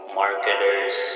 marketers